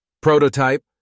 prototype